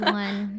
one